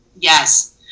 Yes